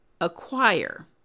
acquire